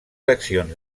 accions